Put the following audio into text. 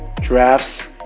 drafts